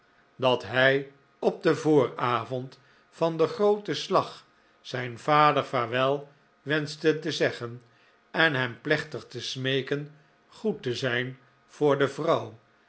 dat hij op den vooravond van den grooten slag zijn vader vaarwel wenschte te zeggen en hem plechtig te smeeken goed te zijn voor de vrouw